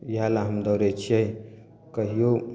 इएह लए हम दौड़य छियै कहियो